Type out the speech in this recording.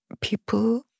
people